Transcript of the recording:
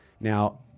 Now